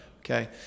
Okay